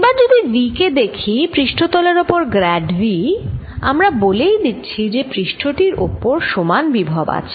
এবার যদি V কে দেখি পৃষ্ঠতলের ওপর গ্র্যাড V আমরা বলেই দিচ্ছি যে পৃষ্ঠ টির ওপর সমান বিভব আছে